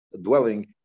dwelling